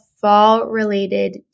fall-related